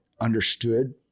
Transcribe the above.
understood